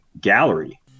gallery